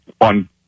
on